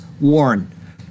warn